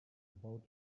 about